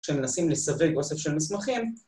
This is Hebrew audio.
‫כשמנסים לסווג אוסף של מסמכים.